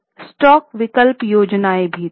stock विकल्प योजनाएं भी थीं